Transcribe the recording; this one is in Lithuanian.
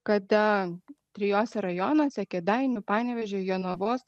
kada trijuose rajonuose kėdainių panevėžio jonavos